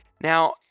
Now